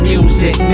Music